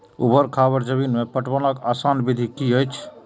ऊवर खावर जमीन में पटवनक आसान विधि की अछि?